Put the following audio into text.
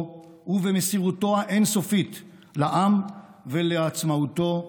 ובמסירותו האין-סופית לעם ולעצמאותו במולדת.